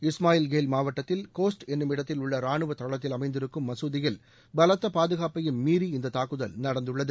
இஸ்மாயில்கேல் மாவட்டத்தில் கோஸ்ட் என்னுமிடத்தில் உள்ள ரானுவ தளத்தில் அமைந்திருக்கும் மசூதியில் பலத்த பாதுகாப்பையும் மீறி இந்த தாக்குதல் நடந்துள்ளது